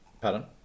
pardon